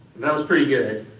that was pretty good.